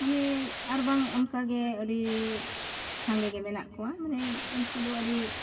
ᱢᱟᱱᱮ ᱟᱨ ᱵᱟᱝ ᱚᱱᱠᱟ ᱜᱮ ᱟᱹᱰᱤ ᱥᱟᱸᱜᱮ ᱜᱮ ᱢᱮᱱᱟᱜ ᱠᱚᱣᱟ ᱢᱟᱱᱮ ᱩᱱᱠᱩ ᱫᱚ ᱟᱹᱰᱤ